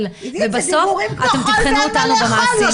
--- זה דיבורים כמו חול ואין מה לאכול.